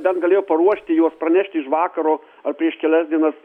bent galėjo paruošti juos pranešti iš vakaro ar prieš kelias dienas